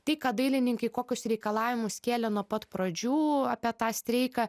tai ką dailininkai kokius reikalavimus kėlė nuo pat pradžių apie tą streiką